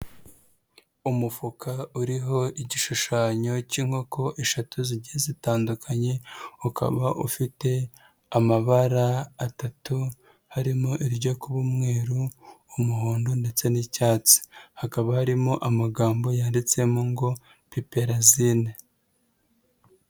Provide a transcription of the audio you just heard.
Umufuka uriho igishushanyo cy'inkoko eshatu zigiye zitandukanye, ukaba ufite amabara atatu, harimo iryo kuba umweru, umuhondo ndetse n'icyatsi. Hakaba harimo amagambo yanditsemo ngo Peperazine.